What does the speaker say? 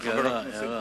רק הערה,